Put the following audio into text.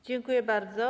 Dziękuję bardzo.